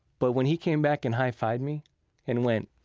but when he came back and high-fived me and went,